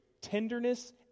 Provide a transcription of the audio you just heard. tenderness